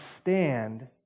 stand